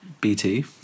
BT